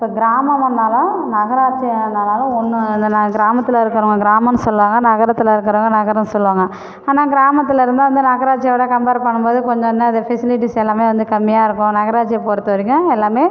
இப்போ கிராமமாக இருந்தாலும் நகராட்சியாக இருந்தானாலும் ஒன்று கிராமத்தில் இருக்கிறவங்க கிராமம் சொல்வாங்க நகரத்தில் இருக்கிறவங்க நகரம் சொல்வாங்க ஆனால் கிராமத்தில் இருந்தால் வந்து நகராட்சியோடு கம்பர் பண்ணும்போது கொஞ்சம் என்னது ஃபெசிலிட்டிஸ் எல்லாமே வந்து கம்மியாகருக்கும் நகராட்சியை பொறுத்தவரைக்கும் எல்லாமே